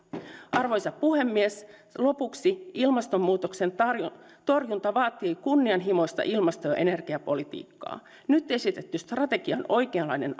arvoisa puhemies lopuksi ilmastonmuutoksen torjunta vaatii kunnianhimoista ilmasto ja energiapolitiikkaa nyt esitetty strategia on oikeanlainen